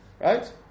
Right